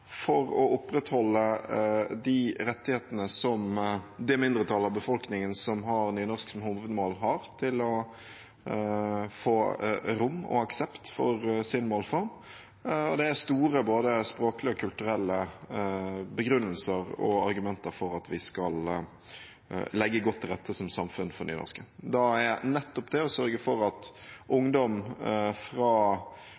for å opprettholde de rettighetene som det mindretallet av befolkningen som har nynorsk som hovedmål, har til å få rom og aksept for sin målform. Det er store både språklige og kulturelle begrunnelser og argumenter for at vi som samfunn skal legge godt til rette for nynorsken. Det er nettopp å sørge for at